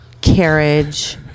Carriage